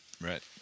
Right